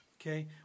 Okay